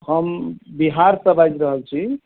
हम बिहारसँ बाजि रहल छी